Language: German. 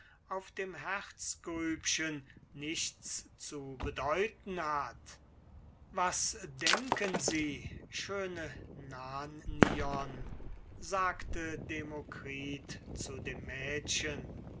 auf dem herzgrübchen nichts zu bedeuten hat was denken sie schöne nannion sagte demokritus zu dem mädchen